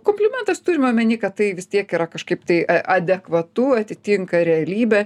komplimentas turim omeny kad tai vis tiek yra kažkaip tai adekvatu atitinka realybę